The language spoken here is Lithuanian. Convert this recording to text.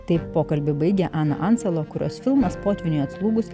taip pokalbį baigia ana ancela kurios filmas potvyniui atslūgus